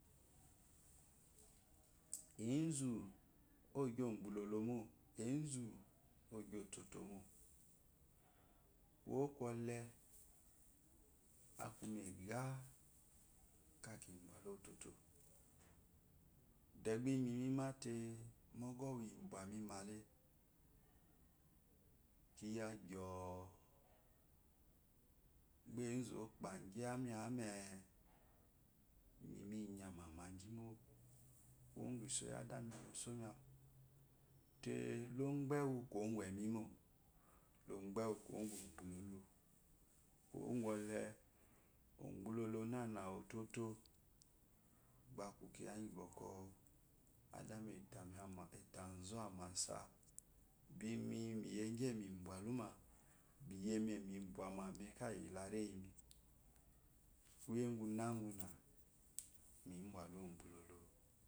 Enzu ogyi ogbulolomo enzu ogyi ototomo kuwo kwɔle aku mega ka ki bwalu ototo degba imi mimate mu ŋgno mbwŋmimale kiya gyoo gba enzu okpagyi amiame imiminyame magyimo kuwo gu iso yadami esom awu te logbe ufo welenyi logbe ufo kuwo gu odubumo kuwo kwɔle ugbulolo nana ototo gba aku kiya ki bwɔkwɔ aka kiya bwɔkwɔ adami atami amase bimi miyegye mibwaluma biyeme mi bwama mu ekayile reyimi kuye guna guna mi bwalu ogbulolo.